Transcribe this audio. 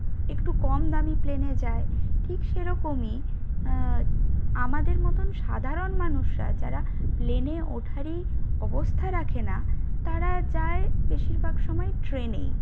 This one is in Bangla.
একটু কম দামি প্লেনে যায় ঠিক সেরকমই আমাদের মতন সাধারণ মানুষরা যারা প্লেনে ওঠারই অবস্থা রাখে না তারা যায় বেশিরভাগ সময় ট্রেনেই